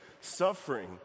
suffering